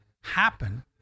happen